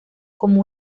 como